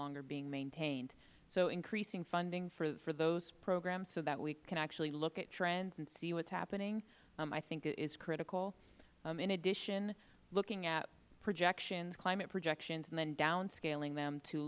longer being maintained so increasing funding for those programs so that we can actually look at trends and see what is happening i think is critical in addition looking at projections climate projections and then down scaling them t